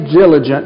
diligent